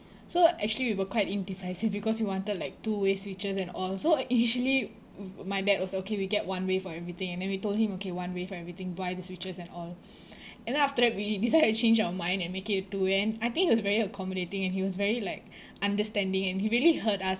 so actually we were quite indecisive because we wanted like two-way switches and all so initially my dad was okay we get one way for everything and then we told him okay one way for everything buy the switches and all and then after that we decided to change our mind and make it two-way and I think he was very accommodating and he was very like understanding and he really heard us